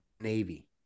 Navy